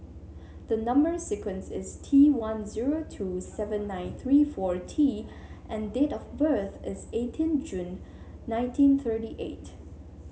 the number sequence is T one zero two seven nine three four T and date of birth is eighteen June nineteen thirty eight